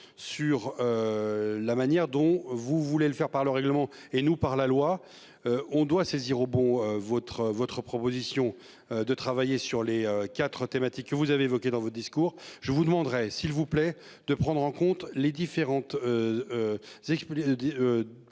sur. La manière dont vous voulez le faire par le règlement et nous par la loi. On doit saisir au bond votre votre proposition. De travailler sur les 4 thématiques. Vous avez évoqué dans votre discours, je vous demanderai s'il vous plaît de prendre en compte les différentes.